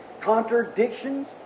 contradictions